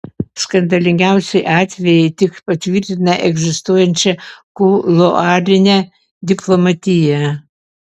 skandalingiausi atvejai tik patvirtina egzistuojančią kuluarinę diplomatiją